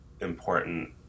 important